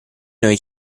noi